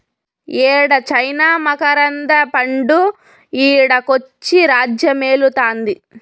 యేడ చైనా మకరంద పండు ఈడకొచ్చి రాజ్యమేలుతాంది